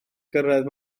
gyrraedd